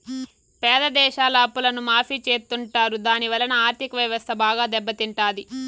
పేద దేశాల అప్పులను మాఫీ చెత్తుంటారు దాని వలన ఆర్ధిక వ్యవస్థ బాగా దెబ్బ తింటాది